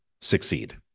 succeed